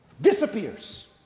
disappears